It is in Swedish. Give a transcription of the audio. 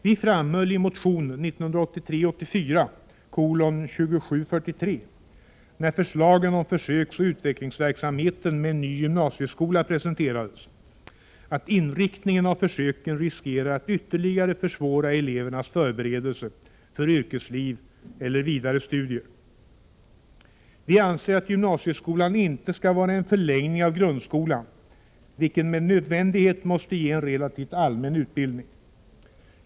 Vi framhöll i motion 1983/84:2743, när förslagen om försöksoch utvecklingsverksamheten med en ny gymnasieskola presenterades, att inriktningen av försöken riskerar att ytterligare försvåra elevernas förberedelse för yrkesliv eller vidare studier. Vi anser att gymnasieskolan inte skall vara en förlängning av grundskolan, vilken med nödvändighet måste ge en relativt allmän utbildning.